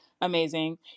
amazing